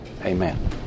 amen